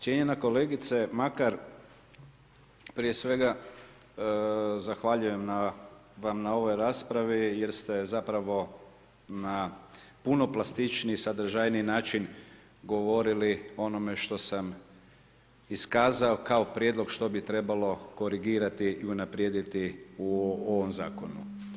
Cijenjena kolegice Makar, prije svega zahvaljujem na ovoj raspravi jer ste zapravo na puno plastičniji sadržajniji način govorili o onome što sam iskazao kao prijedlog što bi trebalo korigirati i unaprijediti u ovom zakonu.